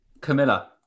camilla